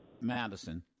Madison